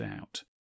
out